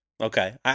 Okay